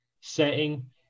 setting